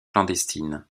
clandestines